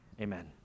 amen